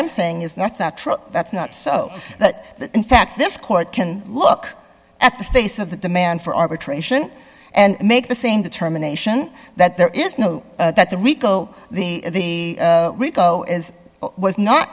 i'm saying is not that that's not so that in fact this court can look at the face of the demand for arbitration and make the same determination that there is no that the rico the rico is was not